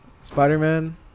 spider-man